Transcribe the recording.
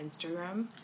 Instagram